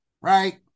right